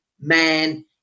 man